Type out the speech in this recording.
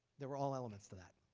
they were all elements that.